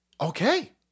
Okay